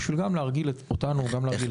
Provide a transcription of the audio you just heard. גם להרגיל אותנו.